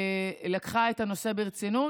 לקחה את הנושא ברצינות,